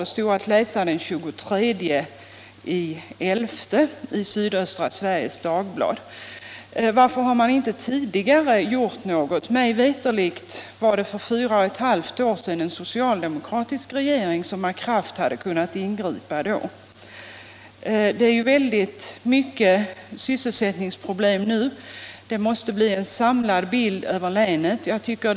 Det stod att läsa den 23 november i Sydöstra Sveriges Dagblad. Varför har man inte tidigare gjort något? Mig veterligt var det för fyra och ett halvt år sedan en socialdemokratisk regering som med kraft hade kunnat ingripa. Sysselsättningsproblemen nu är väldigt stora, och man måste få en samlad bild för hela länet.